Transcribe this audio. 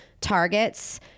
targets